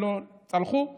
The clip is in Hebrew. והם לא צלחו אותו.